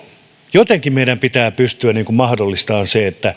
jotenkin meidän pitää pystyä mahdollistamaan